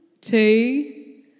two